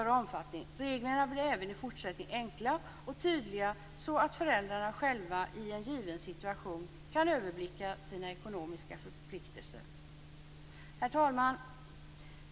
Reglerna blir även i fortsättningen enkla och tydliga så att föräldrarna själva i en given situation kan överblicka sina ekonomiska förpliktelser. Herr talman!